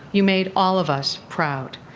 you made all of us proud!